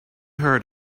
heard